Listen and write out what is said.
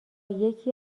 یکی